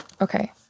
okay